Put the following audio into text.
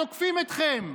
תוקפים אתכם,